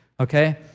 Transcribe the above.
Okay